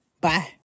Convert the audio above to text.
Bye